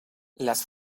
las